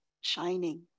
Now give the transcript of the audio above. shining